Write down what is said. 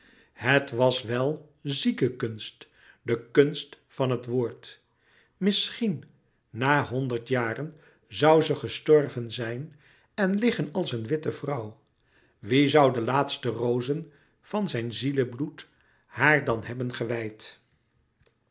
het was wel zieke kunst de kunst van het woord louis couperus metamorfoze misschien na honderd jaren zoû ze gestorven zijn en liggen als een witte vrouw wie zoû de laatste rozen van zijn zielebloed haar dan hebben gewijd